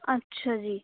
ਅੱਛਾ ਜੀ